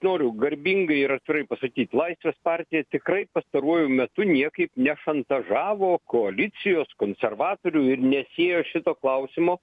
noriu garbingai ir atvirai pasakyt laisvės partija tikrai pastaruoju metu niekaip nešantažavo koalicijos konservatorių ir nesiejo šito klausimo